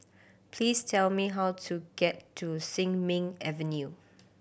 please tell me how to get to Sin Ming Avenue